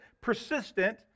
persistent